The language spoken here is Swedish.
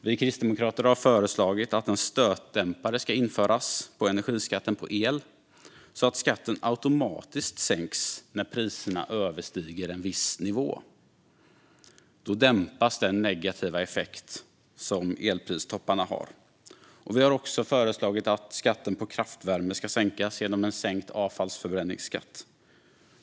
Vi kristdemokrater har föreslagit att en stötdämpare ska införas på energiskatten på el, så att skatten automatiskt sänks när priserna överstiger en viss nivå. Då dämpas den negativa effekt som elpristopparna har. Vi har också föreslagit att skatten på kraftvärme ska sänkas genom en sänkt avfallsförbränningsskatt.